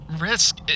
Risk